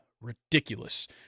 ridiculous